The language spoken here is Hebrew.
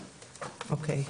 אוקי,